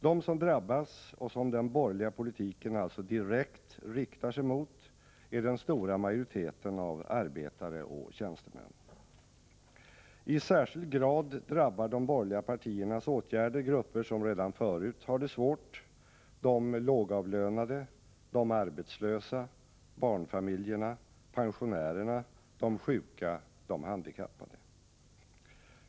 De som drabbas och som den borgerliga politiken alltså direkt riktar sig mot är den stora majoriteten av arbetare och tjänstemän. I särskild grad drabbar de borgerliga partiernas åtgärder grupper som redan förut har det svårt — de lågavlönade, de arbetslösa, barnfamiljerna, pensionärerna, de sjuka, de handikappade.